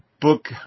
book